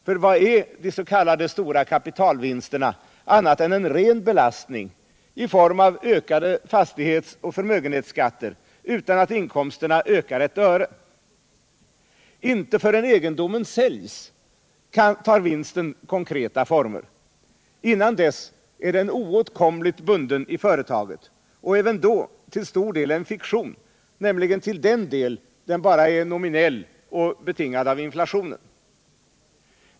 För vad är de s.k. stora kapitalvinsterna annat än en ren belastning i form av ökade fastighetsoch förmögenhetsskatter utan att inkomsterna ökas ett öre? Inte förrän egendomen säljs tar vinsten konkreta former. Dessförinnan är den oåtkomligt bunden i företaget och även då till stor del en fiktion, nämligen till den del som bara är nominell och betingad av inflationen.